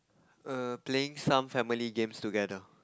err playing some family games together